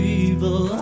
evil